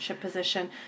position